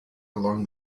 along